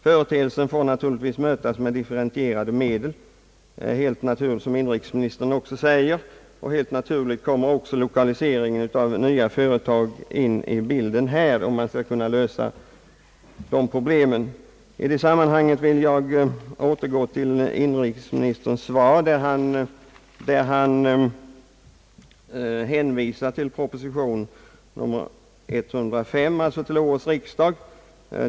Problemet får naturligtvis mötas med differentierade metoder, som inrikesministern också framhåller. Helt naturligt kommer även lokaliseringen av nya företag in i bilden, om vi verkligen skall kunna lösa dessa problem. I det sammanhanget vill jag återgå till inrikesministerns svar, då han hänvisar till proposition nr 105 i år.